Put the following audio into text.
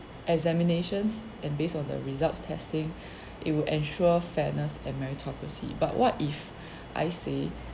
examinations and based on the results testing it will ensure fairness and meritocracy but what if I say